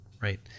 right